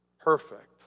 perfect